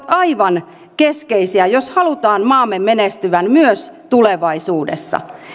aivan keskeistä jos halutaan maamme menestyvän myös tulevaisuudessa